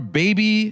baby